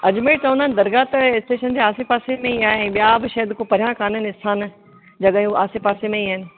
अजमेर चवंदा आहिनि दरगाह त स्टेशन जे आसे पासे में ई आहे ऐं ॿिया बि शायदि को परियां कोन आहिनि स्थान जॻहियूं आसे पासे में ई आहिनि